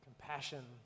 compassion